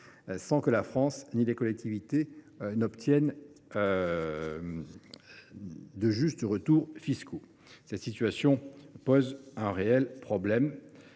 sans que la France ni les collectivités obtiennent de justes retours fiscaux. Cette situation pose un véritable problème.